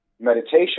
meditation